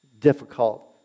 difficult